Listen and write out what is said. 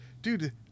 dude